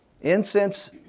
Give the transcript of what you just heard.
Incense